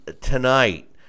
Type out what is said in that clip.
tonight